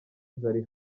zari